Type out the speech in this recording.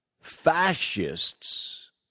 fascists